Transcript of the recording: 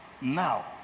now